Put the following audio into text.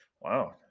Wow